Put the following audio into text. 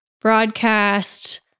Broadcast